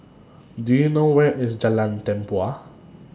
Do YOU know Where IS Jalan Tempua